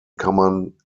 kammern